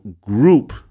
group